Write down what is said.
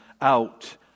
out